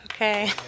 Okay